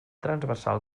transversal